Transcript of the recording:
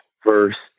first